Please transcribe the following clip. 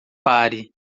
pare